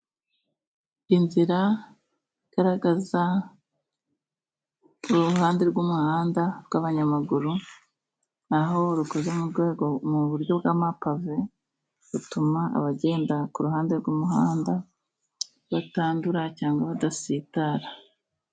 Inzira igaragaza uruhande rw'umuhanda rw'abanyamaguru, aho rukoze mu rwego mu buryo bw'amapave, rutuma abagenda ku ruhande rw'umuhanda batandura cyangwa badasitara.